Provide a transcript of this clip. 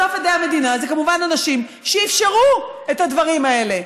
בסוף עדי המדינה אלו כמובן אנשים שאפשרו את הדברים האלה.